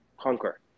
conquer